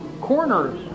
corner